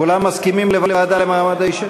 כולם מסכימים לוועדה למעמד האישה?